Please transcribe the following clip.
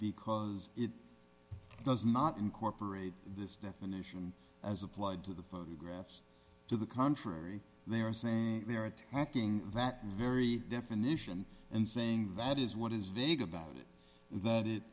because it does not incorporate this definition as applied to the photographs to the contrary they are saying they are attacking that very definition and saying that is what is vague about it that it